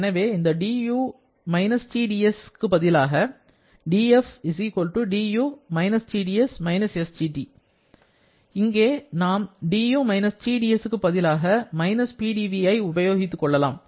எனவே இந்த 'du − Tds' க்கு பதிலாக df du − Tds − sdT இங்கே நாம் 'du − Tds' க்கு பதிலாக '-Pdv' ஐ உபயோகித்துக்கொள்ளலாம்